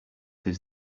his